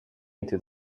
into